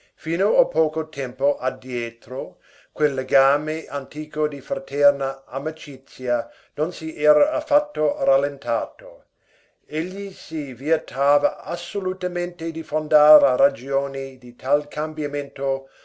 fino a poco tempo addietro quel legame antico di fraterna amicizia non si era affatto rallentato egli si vietava assolutamente di fondar la ragione di tal cambiamento